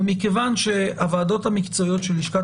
ומכיוון שהוא הוועדות המקצועיות של לשכת